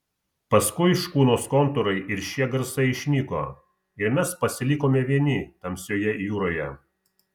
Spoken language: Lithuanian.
paskui škunos kontūrai ir šie garsai išnyko ir mes pasilikome vieni tamsioje jūroje